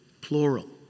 plural